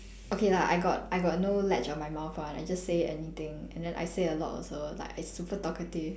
okay lah I got I got no latch on my mouth [one] I just say anything and then I say a lot also like I super talkative